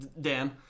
Dan